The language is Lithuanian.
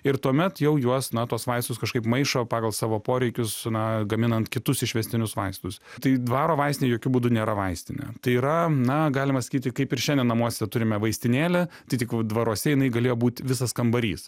ir tuomet jau juos na tuos vaistus kažkaip maišo pagal savo poreikius na gaminant kitus išvestinius vaistus tai dvaro vaistinė jokiu būdu nėra vaistinė tai yra na galima sakyti kaip ir šiandien namuose turime vaistinėlę tik tik va dvaruose jinai galėjo būti visas kambarys